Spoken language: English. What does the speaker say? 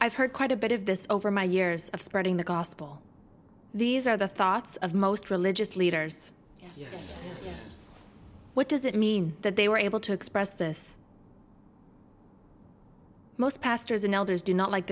i've heard quite a bit of this over my years of spreading the gospel these are the thoughts of most religious leaders what does it mean that they were able to express this most pastors and elders do not like